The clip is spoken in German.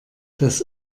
das